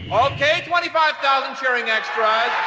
um okay, twenty five thousand cheering extras.